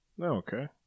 Okay